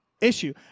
issue